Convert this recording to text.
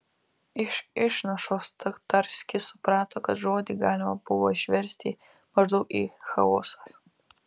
iš išnašos tatarskis suprato kad žodį galima buvo išversti maždaug į chaosas